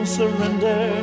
surrender